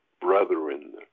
brethren